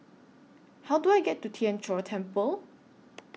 How Do I get to Tien Chor Temple